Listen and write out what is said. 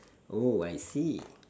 oh I see